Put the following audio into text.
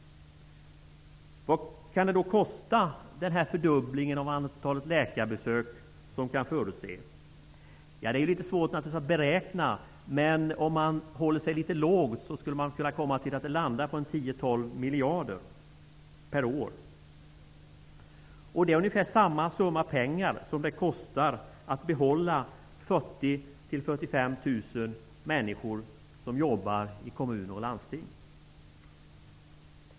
Vad kan den fördubbling av antalet läkarbesök som man förutser kosta? Det är naturligtvis svårt att beräkna. Om man håller sig lågt kan man landa på 10--12 miljarder per år. Det är ungefär samma summa pengar som det kostar att behålla 40 000--45 000 människor anställda i kommuner och landsting.